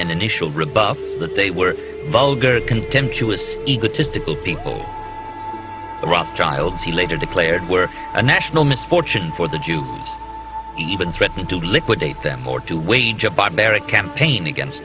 initial rebuff that they were vulgar contemptuous egotistical people rock child he later declared were a national misfortune for the jews even threatening to liquidate them or to wage a barbaric campaign against